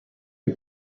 que